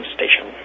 Station